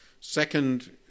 Second